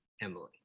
emily